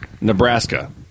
Nebraska